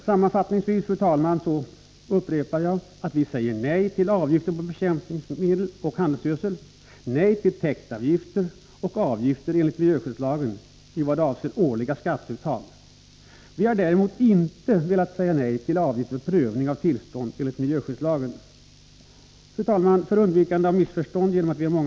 Sammanfattningsvis, fru talman, upprepar jag att vi säger nej till avgifter på bekämpningsmedel och handelsgödsel, nej till täktavgifter och avgifter enligt miljöskyddslagen i vad avser årliga skatteuttag. Vi har däremot inte velät säga nej till avgifter för prövning av tillstånd enligt miljöskyddslagen. Fru talman! Eftersom vi är många talare i denna debatt kan yrkanden komma att glömmas bort.